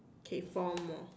okay four more